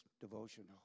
devotional